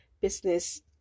business